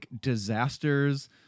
disasters